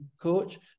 coach